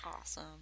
awesome